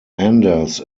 anders